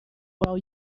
well